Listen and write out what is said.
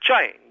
change